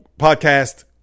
Podcast